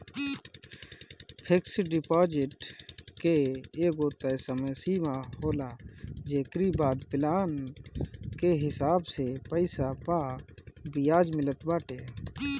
fix deposit के एगो तय समय सीमा होला जेकरी बाद प्लान के हिसाब से पईसा पअ बियाज मिलत बाटे